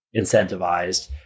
incentivized